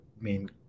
main